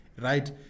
right